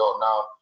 now